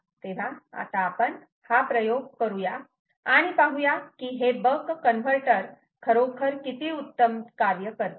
तेव्हा आता आपण हा प्रयोग करू या आणि पाहूया की हे बक कन्व्हर्टर खरोखर किती उत्तम कार्य करते